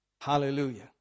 Hallelujah